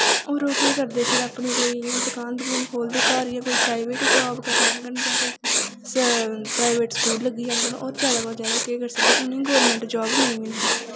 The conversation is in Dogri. होर ओह् केह् करदे फिर अपनी कोई इ'यां दकान दकून खोलदे घर जां कोई प्राईवेट जाब करी लैङन जां कोई प्राईवेट स्कूल लग्गी जाङन होर जादा कोला जादा ओह् केह् करी सकदे उ'नेंगी गौरमैंट जाब नेईं मिलदी